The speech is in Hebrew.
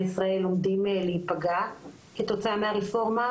ישראל עומדים להיפגע כתוצאה מהרפורמה,